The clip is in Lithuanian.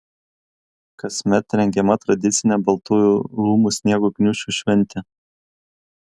kasmet rengiama tradicinė baltųjų rūmų sniego gniūžčių šventė